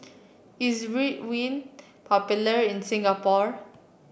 is Ridwind popular in Singapore